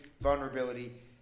vulnerability